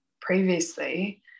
previously